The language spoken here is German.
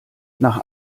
nach